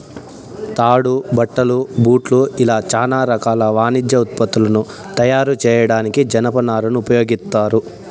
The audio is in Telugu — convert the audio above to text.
తాడు, బట్టలు, బూట్లు ఇలా చానా రకాల వాణిజ్య ఉత్పత్తులను తయారు చేయడానికి జనపనారను ఉపయోగిత్తారు